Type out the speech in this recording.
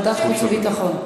ועדת חוץ וביטחון?